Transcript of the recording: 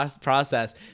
process